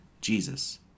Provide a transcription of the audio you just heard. Jesus